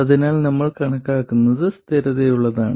അതിനാൽ നമ്മൾ കണക്കാക്കുന്നത് സ്ഥിരതയുള്ളതാണ്